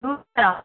ଦୁଇଶହ